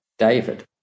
David